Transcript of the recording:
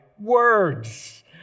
words